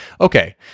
Okay